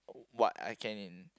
what I can in